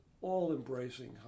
all-embracing